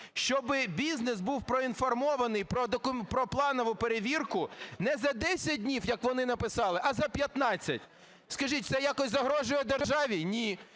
щоби бізнес був проінформований про планову перевірку не за 10 днів, як вони написали, а за 15. Скажіть, це якось загрожує державі? Ні.